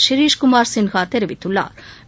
ஷிரிஷ் குமாா் சின்ஹா தெரிவித்துள்ளாா்